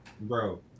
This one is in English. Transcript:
Bro